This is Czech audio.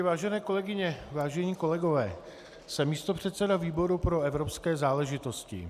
Vážené kolegyně, vážení kolegové, jsem místopředseda výboru pro evropské záležitosti.